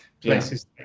places